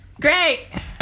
Great